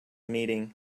meeting